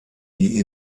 die